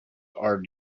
are